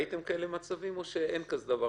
האם ראיתם מצבים כאלה או שאין דבר כזה,